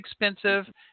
expensive